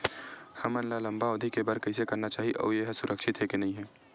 हमन ला लंबा अवधि के बर कइसे करना चाही अउ ये हा सुरक्षित हे के नई हे?